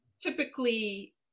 typically